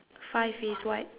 five face white